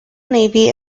navy